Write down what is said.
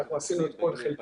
אנחנו עשינו את כל חלקנו,